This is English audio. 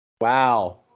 Wow